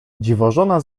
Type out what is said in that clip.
dziwożona